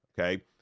okay